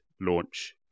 Launch